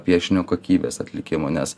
piešinių kokybės atlikimo nes